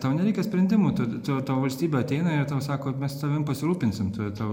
tau nereikia sprendimų tu tau tau valstybė ateina ir tau sako mes tavim pasirūpinsim tu tu